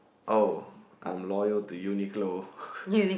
oh I'm loyal to Uniqlo